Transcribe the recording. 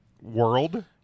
world